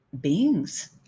beings